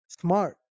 Smart